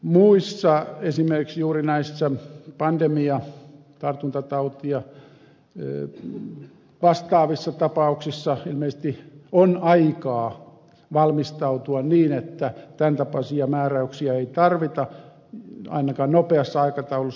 muissa esimerkiksi juuri näissä pandemia tartuntatauti ja vastaavissa tapauksissa ilmeisesti on aikaa valmistautua niin että tämän tapaisia määräyksiä ei tarvita ainakaan nopeassa aikataulussa